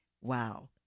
Wow